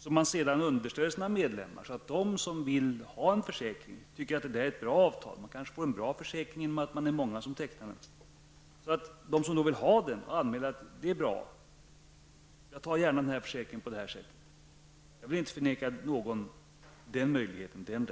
Sedan kan avtalet underställas medlemmarna. De som tycker att det är ett bra avtal -- det kan kanske bli en bra försäkring om många är med -- kan då teckna försäkring. Jag vill inte förvägra någon den rätten.